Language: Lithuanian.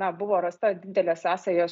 na buvo rasta didelė sąsaja